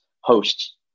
hosts